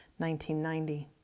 1990